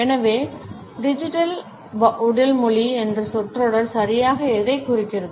எனவே டிஜிட்டல் உடல் மொழி என்ற சொற்றொடர் சரியாக எதைக் குறிக்கிறது